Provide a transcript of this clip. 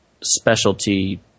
specialty